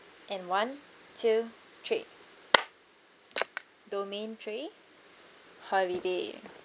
and one two three domain three holiday